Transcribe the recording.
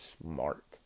smart